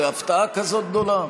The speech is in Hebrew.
זו הפתעה כזאת גדולה.